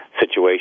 situation